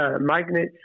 magnets